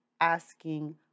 asking